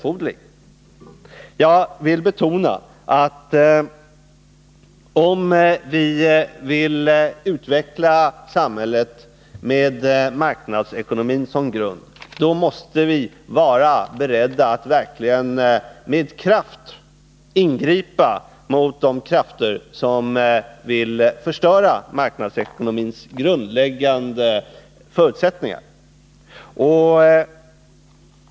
Om vi vill utveckla samhället med marknadsekonomin som grund, då måste vi — det vill jag betona — vara beredda att på ett beslutsamt sätt ingripa mot de krafter som vill förstöra marknadsekonomins grundläggande förutsättningar.